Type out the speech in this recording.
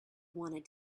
wanted